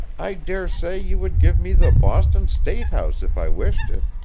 i dare say you would give me the boston state house if i wished it.